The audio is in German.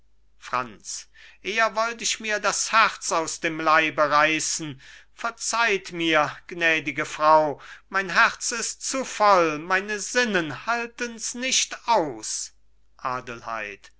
franz eher wollt ich mir das herz aus dem leibe reißen verzeiht mir gnädige frau mein herz ist zu voll meine sinnen halten's nicht aus adelheid